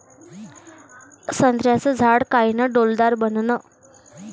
संत्र्याचं झाड कायनं डौलदार बनन?